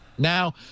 Now